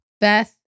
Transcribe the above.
Beth